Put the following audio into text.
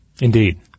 Indeed